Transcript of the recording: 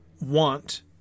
want